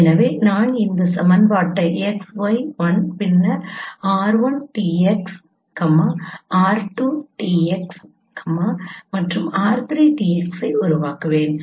எனவே நான் இந்த சமன்பாட்டை x y 1 பின்னர் r1Tx r2Tx மற்றும் r3Tx ஐ உருவாக்குவேன்